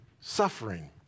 suffering